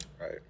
right